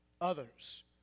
others